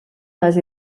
les